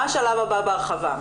מה השלב הבא בהרחבה?